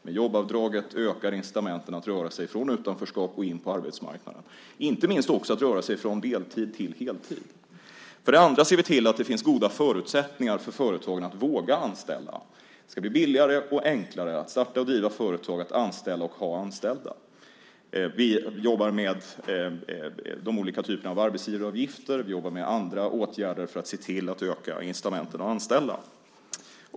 Med jobbavdraget ökar incitamenten att röra sig från utanförskap in på arbetsmarknaden - inte minst också att röra sig från deltid till heltid. För det andra ser vi till att det finns goda förutsättningar för företagen att våga anställa. Det ska bli billigare och enklare att starta och driva företag, att anställa och ha anställda. Vi jobbar med olika typer av arbetsgivaravgifter, och vi jobbar med andra åtgärder för att se till att öka incitamenten att anställa.